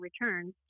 return